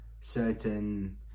certain